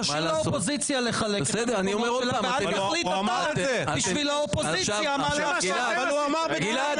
תשע-שמונה זה אומר שכל אחת מהקואליציה ומהאופוזיציה היה צריך לוותר על